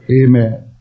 Amen